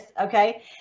okay